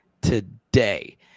today